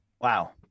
Wow